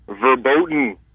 verboten